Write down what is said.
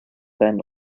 then